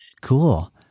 Cool